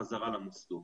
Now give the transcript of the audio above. חזרה למוסדות.